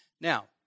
Now